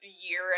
year